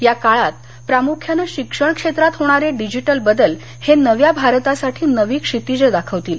या काळात प्रामुख्यानं शिक्षण क्षेत्रात होणारे डिजिटल बदल हे नव्या भारतासाठी नवी क्षितीजं दाखवतील